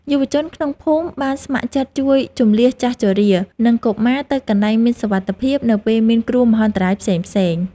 យុវជនក្នុងភូមិបានស្ម័គ្រចិត្តជួយជម្លៀសចាស់ជរា និងកុមារទៅកន្លែងមានសុវត្ថិភាពនៅពេលមានគ្រោះមហន្តរាយផ្សេងៗ។